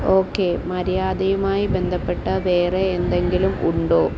okay മര്യാദയുമായി ബന്ധപ്പെട്ട് വേറേ എന്തെങ്കിലും ഉണ്ടോ